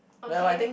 okay